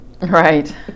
right